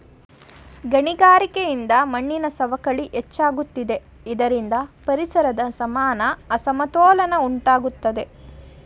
ಗಣಿಗಾರಿಕೆಯಿಂದ ಮಣ್ಣಿನ ಸವಕಳಿ ಹೆಚ್ಚಾಗುತ್ತಿದೆ ಇದರಿಂದ ಪರಿಸರದ ಸಮಾನ ಅಸಮತೋಲನ ಉಂಟಾಗುತ್ತದೆ